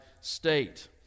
state